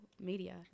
media